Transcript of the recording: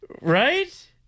Right